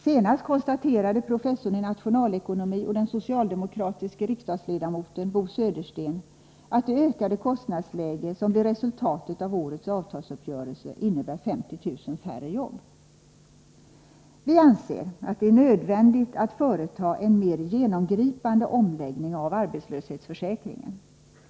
Senast konstaterade professorn i nationalekonomi och den socialdemokratiske riksdagsledamoten Bo Södersten att det ökade kostnadsläge som blir resultatet av årets avtalsuppgörelse innebär 50 000 färre jobb. Vi anser att det är nödvändigt att företa en mer genomgripande omläggning av arbetslöshetsförsäkringen.